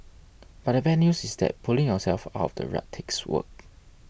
but the bad news is that pulling yourself out of the rut takes work